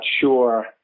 sure